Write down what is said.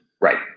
Right